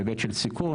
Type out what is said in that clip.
בהיבט של סיכון,